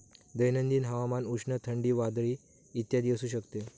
दैनंदिन हवामान उष्ण, थंडी, वादळी इत्यादी असू शकते